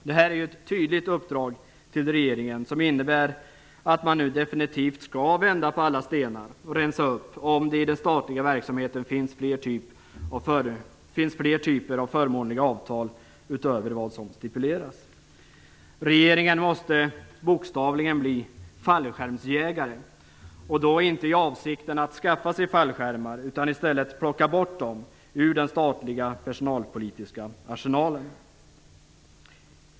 Det är ett tydligt uppdrag till regeringen som innebär att man nu skall vända på alla stenar och rensa upp om det i den statliga verksamheten finns fler typer av förmånliga avtal utöver vad som stipulerats. Regeringen måste bokstavligen bli fallskärmsjägare, och då inte i avsikten att skaffa sig fallskärmar utan i stället plocka bort dem i den statliga personalpolitiska arsenalen.